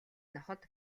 ноход